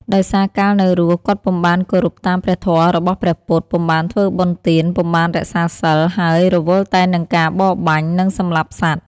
ដោយសារកាលនៅរស់ គាត់ពុំបានគោរពតាមព្រះធម៌របស់ព្រះពុទ្ធ ពុំបានធ្វើបុណ្យទាន ពុំបានរក្សាសីល ហើយរវល់តែនឹងការបរបាញ់ និងសម្លាប់សត្វ ។